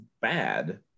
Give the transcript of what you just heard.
bad